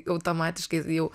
automatiškai jau